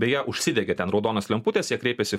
beje užsidegė ten raudonos lemputės jie kreipėsi